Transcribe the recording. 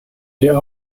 der